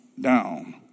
down